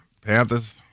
Panthers